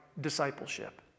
discipleship